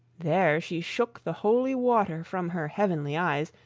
there she shook the holy water from her heavenly eyes,